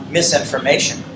misinformation